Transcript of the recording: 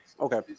okay